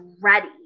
ready